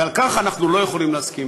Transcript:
ולכך אנחנו לא יכולים להסכים.